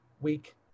week